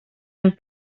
amb